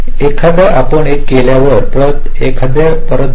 एकदा आपण हे केल्यावर परत एकदा परत जाऊ